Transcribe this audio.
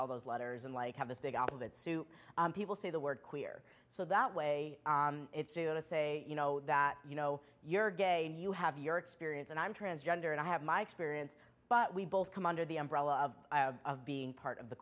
all those letters in like have this big of that sue people say the word queer so that way it's fair to say you know that you know you're gay and you have your experience and i'm transgender and i have my experience but we both come under the umbrella of being part of the